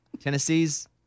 Tennessee's